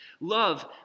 Love